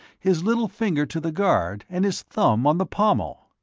his little finger to the guard and his thumb on the pommel!